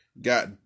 got